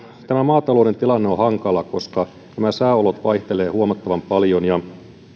tämä maatalouden tilanne on hankala koska sääolot vaihtelevat huomattavan paljon ja